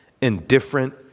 indifferent